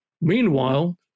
Meanwhile